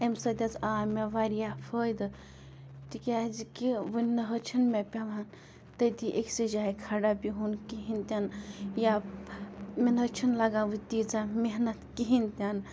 اَمہِ سۭتۍ حظ آے مےٚ واریاہ فٲیدٕ تِکیاز کہِ وٕنۍ نہٕ حظ چھِنہٕ مےٚ پٮ۪وان تٔتی أکۍسٕے جایہِ کھڑا بِہُن کِہیٖنۍ تہِ نہٕ یا مےٚ نہ حظ چھِنہٕ لگان وۄنۍ تیٖژاہ محنت کِہیٖنۍ تہِ نہٕ